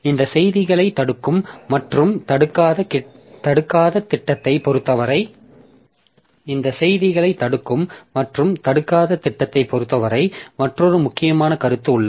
இந்த செய்திகளைத் தடுக்கும் மற்றும் தடுக்காத திட்டத்தைப் பொறுத்தவரை மற்றொரு முக்கியமான கருத்து உள்ளது